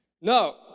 No